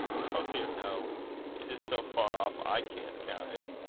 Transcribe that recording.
oh dear! no. it is so far off i can't count it,